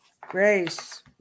Grace